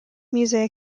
music